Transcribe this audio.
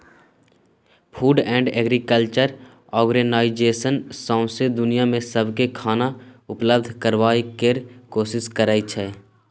food and agriculture organization सौंसै दुनियाँ मे सबकेँ खाना उपलब्ध कराबय केर कोशिश करइ छै